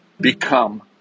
become